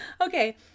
Okay